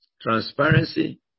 Transparency